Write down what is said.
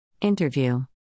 Interview